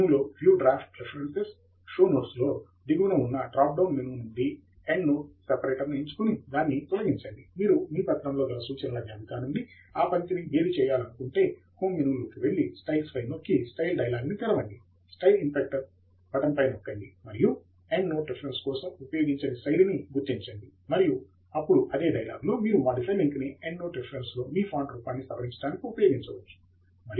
menu లో view draft references show notes లో దిగువ ఉన్న డ్రాప్ డౌన్ మెను నుండి ఎండ్ నోట్ సెపరేటర్ను ఎంచుకుని దాన్ని తొలగించండి మీరు మీ పత్రములో గల సూచనల జాబితా నుండి ఆ పంక్తిని వేరు చేయకూడదనుకుంటే హోం మెనూ లోకి వెళ్లి స్టైల్స్ పై నొక్కి స్టైల్ డైలాగ్ ని తెరవండి స్టైల్ ఇన్స్పెక్టర్ బటన్ పై నొక్కండి మరియు ఎండ్ నోట్ రిఫరెన్స్ కోసం ఉపయోగించిన శైలిని గుర్తించండి మరియు అప్పుడు అదే డైలాగ్లో మీరు మోడిఫై లింక్ ని ఎండ్నోట్ రిఫరెన్స్ లో మీ ఫాంట్ రూపాన్ని సవరించటానికి ఉపయోగించవచ్చు